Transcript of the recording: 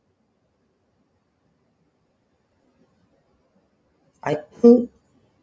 I think